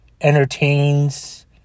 Entertains